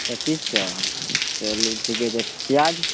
पचीस सए चलू ठीके छै प्याज